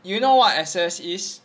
you know what access is